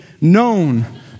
known